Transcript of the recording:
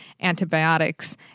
antibiotics